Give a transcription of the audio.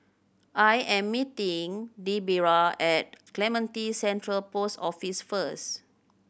I am meeting Debera at Clementi Central Post Office first